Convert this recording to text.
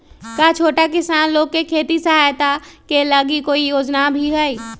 का छोटा किसान लोग के खेती सहायता के लगी कोई योजना भी हई?